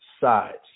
sides